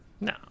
no